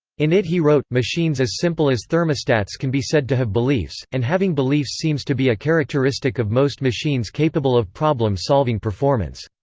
in it he wrote, machines as simple as thermostats can be said to have beliefs, and having beliefs seems to be a characteristic of most machines capable of problem solving performance.